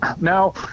now